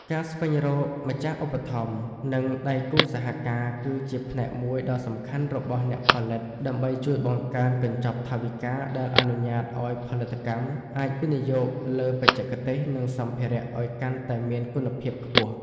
ការស្វែងរកម្ចាស់ឧបត្ថម្ភ និងដៃគូសហការគឺជាផ្នែកមួយដ៏សំខាន់របស់អ្នកផលិត ដើម្បីជួយបង្កើនកញ្ចប់ថវិកាដែលអនុញ្ញាតឱ្យផលិតកម្មអាចវិនិយោគលើបច្ចេកទេស និងសម្ភារៈឱ្យកាន់តែមានគុណភាពខ្ពស់។